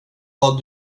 vad